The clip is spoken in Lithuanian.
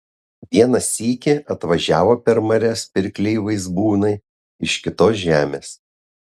vieną sykį atvažiavo per marias pirkliai vaizbūnai iš kitos žemės